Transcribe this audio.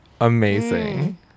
amazing